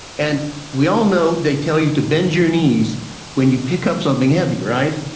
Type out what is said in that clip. and we all know they tell you to bend your knees when you pick up something heavy, right?